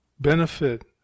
benefit